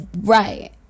Right